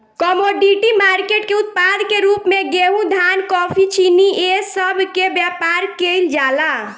commodity market के उत्पाद के रूप में गेहूं धान कॉफी चीनी ए सब के व्यापार केइल जाला